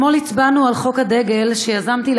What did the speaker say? אתמול הצבענו על חוק הדגל שיזמתי,